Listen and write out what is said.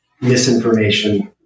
misinformation